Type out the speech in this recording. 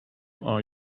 are